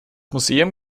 museum